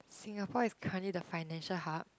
Singapore is currently the financial hub